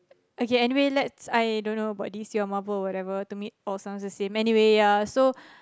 okay anyway let's I don't know about this you're marvel whatever to me it all sounds the same anyway ya so